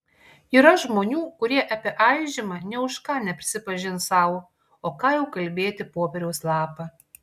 yra žmonių kurie apie aižymą nė už ką neprisipažins sau o ką jau kalbėti popieriaus lapą